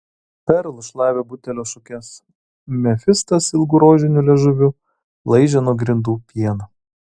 perl šlavė butelio šukes mefistas ilgu rožiniu liežuviu laižė nuo grindų pieną